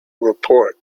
report